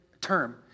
term